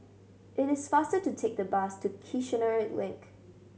it is faster to take the bus to Kiichener Link